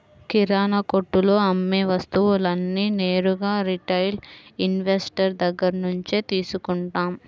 కిరణాకొట్టులో అమ్మే వస్తువులన్నీ నేరుగా రిటైల్ ఇన్వెస్టర్ దగ్గర్నుంచే తీసుకుంటాం